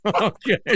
Okay